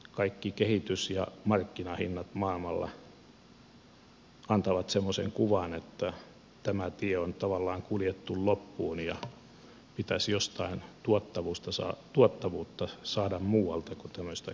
kaikki kehitys ja markkinahinnat maailmalla antavat semmoisen kuvan että tämä tie on tavallaan kuljettu loppuun ja tuottavuutta pitäisi saada jostain muualta kuin tämmöisistä keinotekoisista järjestelyistä